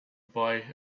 boy